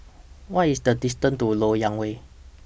What IS The distance to Lok Yang Way